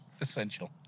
essential